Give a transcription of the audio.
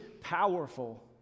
powerful